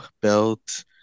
belt